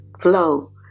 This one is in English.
Flow